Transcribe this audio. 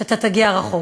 שאתה תגיע רחוק,